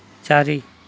ଚାରି